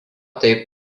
taip